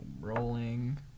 rolling